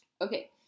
Okay